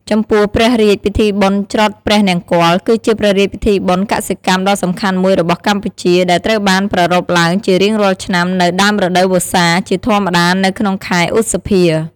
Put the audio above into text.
ចំពោះព្រះរាជពិធីបុណ្យច្រត់ព្រះនង្គ័ល គឺជាព្រះរាជពិធីបុណ្យកសិកម្មដ៏សំខាន់មួយរបស់កម្ពុជា ដែលត្រូវបានប្រារព្ធឡើងជារៀងរាល់ឆ្នាំនៅ ដើមរដូវវស្សា ជាធម្មតានៅក្នុងខែឧសភា។